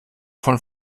von